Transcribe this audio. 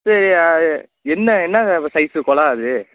சரி என்ன என்ன சைஸு கொழாய் அது